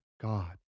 God